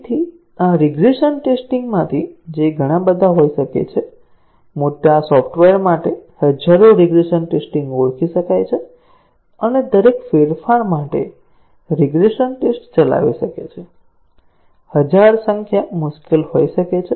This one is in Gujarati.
તેથી આ રિગ્રેસન ટેસ્ટીંગ માંથી જે ઘણા બધા હોઈ શકે છે મોટા સોફ્ટવેર માટે હજારો રીગ્રેસન ટેસ્ટીંગ ઓળખી શકાય છે અને દરેક ફેરફાર માટે રિગ્રેશન ટેસ્ટ ચલાવી શકે છે હજાર સંખ્યા મુશ્કેલ હોઈ શકે છે